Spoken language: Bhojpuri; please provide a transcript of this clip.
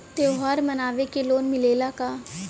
त्योहार मनावे के लोन मिलेला का?